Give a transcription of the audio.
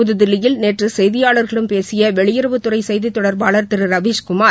புதுதில்லியில் நேற்று செய்தியாளர்களிடம் பேசிய வெளியுறவுத்துறை செய்தித் தொடர்பாளர் திரு ரவீஸ்குமார்